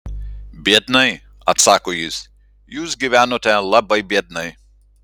biednai atsako jis jūs gyvenote labai biednai